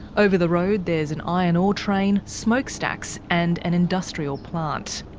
over the road there's an iron ore train, smoke stacks and and industrial plant.